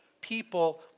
people